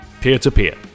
peer-to-peer